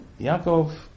Yaakov